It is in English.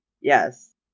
Yes